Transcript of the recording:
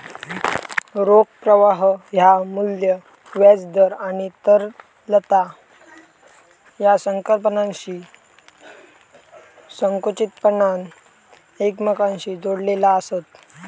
रोख प्रवाह ह्या मू्ल्य, व्याज दर आणि तरलता या संकल्पनांशी संकुचितपणान एकमेकांशी जोडलेला आसत